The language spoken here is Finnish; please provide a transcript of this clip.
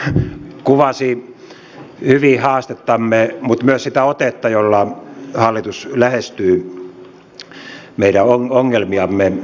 se kuvasi hyvin haastettamme mutta myös sitä otetta jolla hallitus lähestyy meidän ongelmiamme